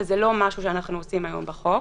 אבל זה לא משהו שאנחנו עושים היום בחוק.